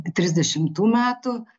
trisdešimtų metų